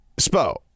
Spo